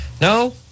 No